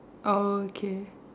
orh okay